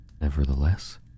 Nevertheless